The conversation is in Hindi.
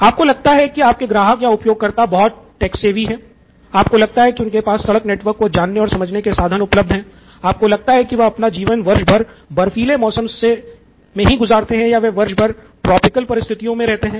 आपको लगता है कि आपके ग्राहक या उपयोगकर्ता बहुत टेक्स्ट सेवी हैं आपको लगता है कि उनके पास सड़क नेटवर्क को जानने और समझने के साधान उपलब्ध है आपको लगता है कि वे अपना जीवन वर्ष भर बर्फीले मौसम मे गुज़ारते हैं या वे वर्ष भर ट्रोपिकल परिस्थितियों मे रहते हैं